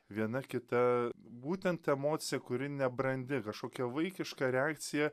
viena kita būtent emocija kuri nebrandi kažkokia vaikiška reakcija